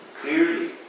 clearly